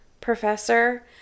professor